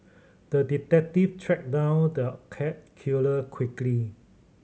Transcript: the detective tracked down the cat killer quickly